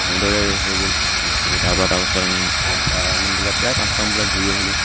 এনেদৰে হৈ গ'ল বস্তুটো তাৰপৰা তাৰপাছত আমি পাঁচটামান বজাত প্ৰায় পাঁচটামান বজাত ঘূৰি আহিলোঁ